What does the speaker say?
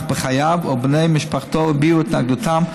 בחייו או בני משפחתו הביעו את התנגדותם,